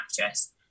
actress